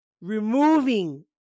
removing